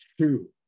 two